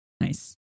nice